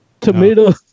Tomato